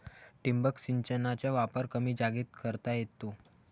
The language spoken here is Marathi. ठिबक सिंचनाचा वापर कमी जागेत करता येतो